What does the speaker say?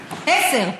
עשר?